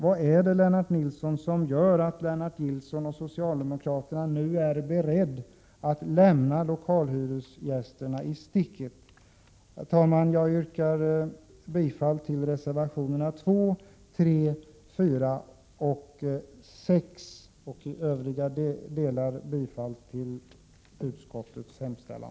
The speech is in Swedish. Vad är det som gör att Lennart Nilsson och socialdemokraterna nu är beredda att lämna lokalhyresgästerna i sticket? Herr talman! Jag yrkar bifall till reservationerna 2, 3, 4 och 6 och i övrigt bifall till utskottets hemställan.